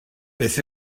beth